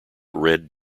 red